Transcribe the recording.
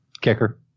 Kicker